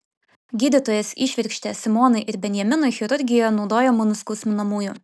gydytojas įšvirkštė simonai ir benjaminui chirurgijoje naudojamų nuskausminamųjų